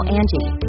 Angie